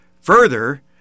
Further